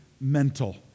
mental